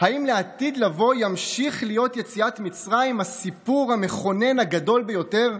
אם לעתיד לבוא תמשיך יציאת מצרים להיות הסיפור המכונן הגדול ביותר.